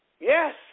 Yes